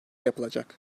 yapılacak